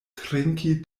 trinki